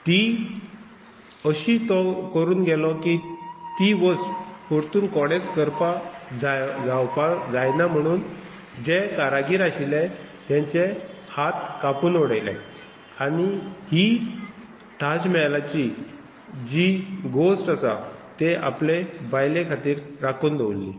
ती अशी तो करून गेलो की ती वस्त परतून कोडेच करपा जाय जावपा जायना म्हणून जे कारागेर आशिल्ले तेंचे हात कापून उडयले आनी ही ताज मेलाची जी गोश्ट आसा ते आपले बायले खातीर राखून दवरली